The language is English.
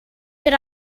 that